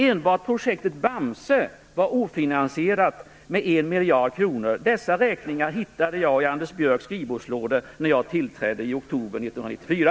Enbart projektet Bamse var ofinansierat med en miljard kronor. Dessa räkningar hittade jag i Anders Björcks skrivbordslådor när jag tillträdde i oktober 1994.